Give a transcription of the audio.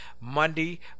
Monday